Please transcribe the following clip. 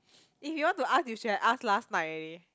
if you want to ask you should have ask last night already